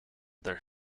their